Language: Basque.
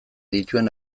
dituen